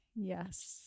Yes